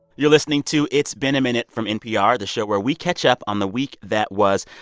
you're listening to it's been a minute from npr, the show where we catch up on the week that was.